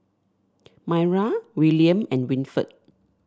Maira William and Winford